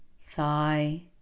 thigh